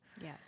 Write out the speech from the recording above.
Yes